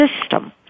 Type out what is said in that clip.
system